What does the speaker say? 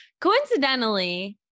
coincidentally